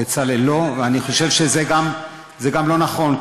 הם לא לוקחים, לא.